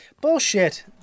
Bullshit